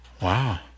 Wow